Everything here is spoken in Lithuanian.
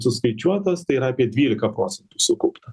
suskaičiuotas tai yra apie dvylika procentų sukaupta